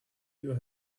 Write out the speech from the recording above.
your